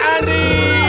Andy